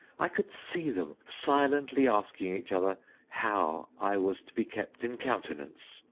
i could see them silently asking each other how i was to be kept in countenance,